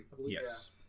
Yes